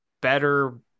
better